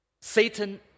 Satan